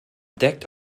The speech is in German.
deckt